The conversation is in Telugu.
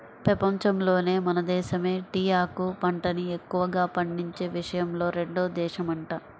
పెపంచంలోనే మన దేశమే టీయాకు పంటని ఎక్కువగా పండించే విషయంలో రెండో దేశమంట